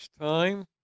time